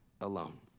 alone